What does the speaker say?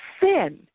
sin